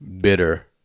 bitter